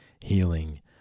healing